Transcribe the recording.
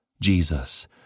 Jesus